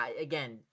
Again